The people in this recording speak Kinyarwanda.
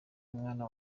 mwana